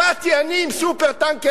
באתי אני עם "סופר-טנקר"